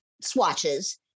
swatches